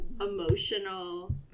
emotional